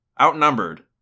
Outnumbered